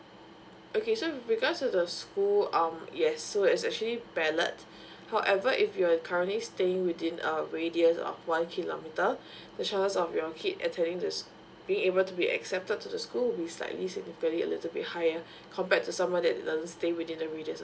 okay so with regards to the school um yes so it's actually ballot however if you were currently staying within a radius of one kilometer the chances of your kid entering the sch being able to be accepted to the school will be slightly significantly little bit higher compared to someone that doesn't stay within the radius